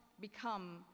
become